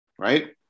right